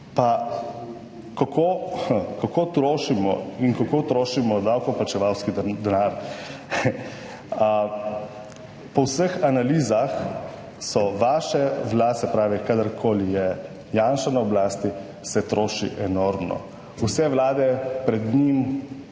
kako trošimo in kako trošimo davkoplačevalski denar, po vseh analizah so vaše vlade, se pravi, kadarkoli je Janša na oblasti, se troši enormno, vse vlade pred njim